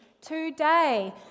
today